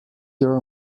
your